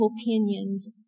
opinions